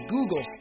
Google